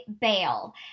bail